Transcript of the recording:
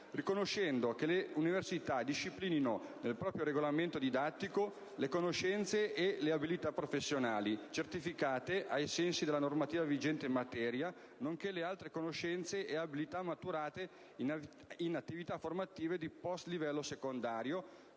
riconoscendo che le università possono disciplinare nel proprio regolamento didattico le conoscenze e le abilità professionali, certificate ai sensi della normativa vigente in materia, nonché le altre conoscenze e abilità maturate in attività formative di livello post-secondario